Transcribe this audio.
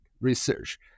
research